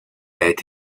est